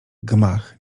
gmach